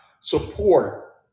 support